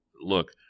Look